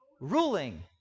ruling